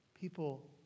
people